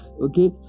okay